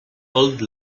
old